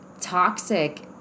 toxic